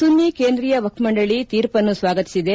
ಸುನ್ನಿ ಕೇಂದ್ರೀಯ ವಕ್ಫ್ ಮಂಡಳಿ ತೀರ್ಪನ್ನು ಸ್ವಾಗತಿಸಿದೆ